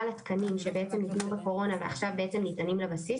התקנים שבעצם ניתנו בקורונה ועכשיו בעצם ניתנים לבסיס,